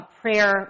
prayer